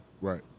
Right